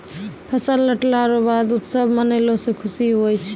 फसल लटला रो बाद उत्सव मनैलो से खुशी हुवै छै